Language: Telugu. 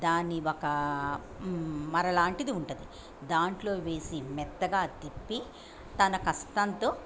దాన్ని ఒక మరలాంటిది ఉంటది దాంట్లో వేసి మెత్తగా తిప్పి తన కస్తాంతో